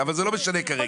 אבל זה לא משנה כרגע,